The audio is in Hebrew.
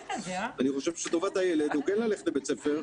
אני חושב שטובת הילד היא כן ללכת לבית ספר.